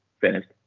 finished